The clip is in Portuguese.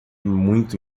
muito